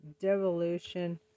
devolution